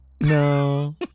no